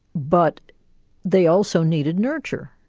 but they also needed nurture,